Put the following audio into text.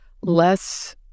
less